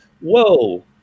whoa